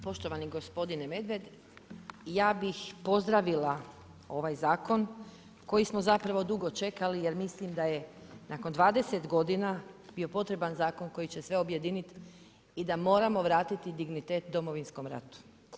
Poštovani gospodine Medved, ja bih pozdravila ovaj zakon koji smo zapravo dugo čekali, jer mislim da je nakon 20 g. bio potreban zakon koji će sve objediniti i da moramo vratiti dignitet Domovinskom ratu.